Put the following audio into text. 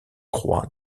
croix